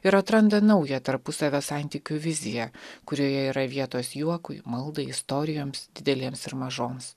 ir atranda naują tarpusavio santykių viziją kurioje yra vietos juokui maldai istorijoms didelėms ir mažoms